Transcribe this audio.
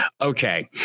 okay